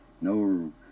No